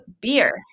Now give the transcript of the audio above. beer